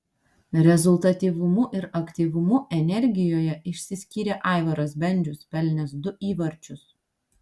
rezultatyvumu ir aktyvumu energijoje išsiskyrė aivaras bendžius pelnęs du įvarčius